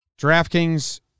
DraftKings